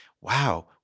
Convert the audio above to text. wow